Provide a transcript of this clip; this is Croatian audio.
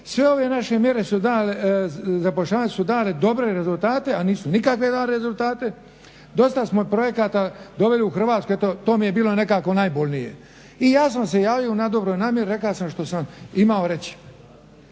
sve ove naše mjere zapošljavanja su dale dobre rezultate, a nisu nikakve dale rezultate, dosta smo projekata doveli u Hrvatsku, eto to mi je bilo nekako najbolnije. I ja sam se javio u dobroj namjeri, rekao sam što sam imao reći